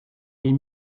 les